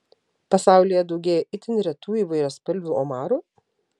pasaulyje daugėja itin retų įvairiaspalvių omarų